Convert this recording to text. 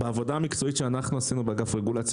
בעבודה המקצועית שאנחנו עשינו באגף רגולציה